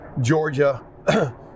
Georgia